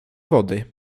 wody